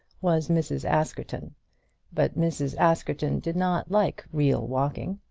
was mrs. askerton but mrs. askerton did not like real walking.